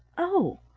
oh,